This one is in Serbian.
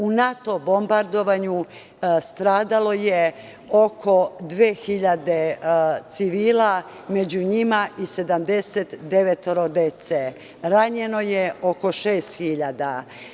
U NATO bombardovanju stradalo je oko 2.000 civila, među njima i 79 dece, ranjeno je oko 6.000.